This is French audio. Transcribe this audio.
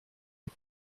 les